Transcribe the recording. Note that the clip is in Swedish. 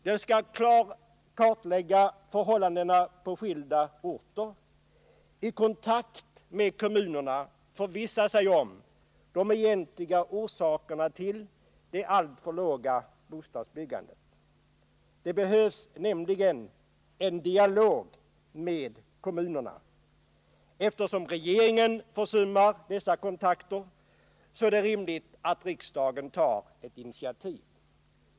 Den skall kartlägga förhållandena på skilda orter och i kontakt med kommunerna förvissa sig om de egentliga orsakerna till det alltför låga bostadsbyggandet. Det behövs nämligen en dialog med kommunerna. Eftersom regeringen försummar dessa kontakter är det rimligt att riksdagen tar ett initiativ.